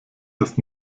das